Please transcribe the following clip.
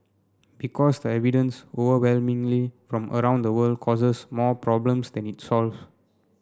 because the evidence overwhelmingly from around the world causes more problems than it solve